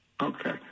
Okay